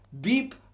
deep